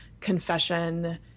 confession